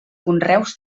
conreus